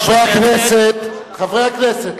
חברי הכנסת,